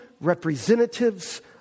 representatives